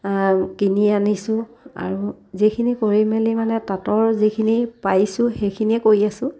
কিনি আনিছোঁ আৰু যিখিনি কৰি মেলি মানে তাঁতৰ যিখিনি পাৰিছোঁ সেইখিনিয়ে কৰি আছো